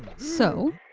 so,